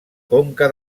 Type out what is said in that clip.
conca